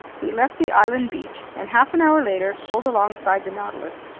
we left the island beach and half an hour later pulled alongside the nautilus.